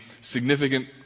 significant